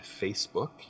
facebook